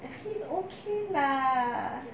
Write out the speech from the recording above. he's okay lah